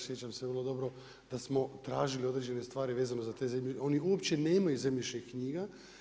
Sjećam se vrlo dobro da smo tražili određene stvari vezano za te zemljišne, oni uopće nemaju zemljišnih knjiga.